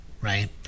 right